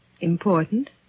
Important